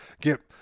get